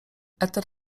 eter